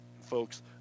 folks